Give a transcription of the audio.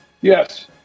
Yes